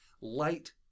light